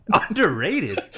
Underrated